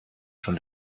schon